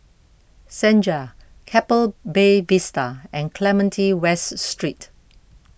Senja Keppel Bay Vista and Clementi West Street